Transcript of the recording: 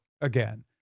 again